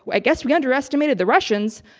i guess we underestimated the russians.